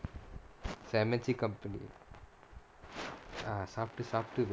சமைச்சு:samaichu company ah சாப்டு சாப்டு:saaptu saaptu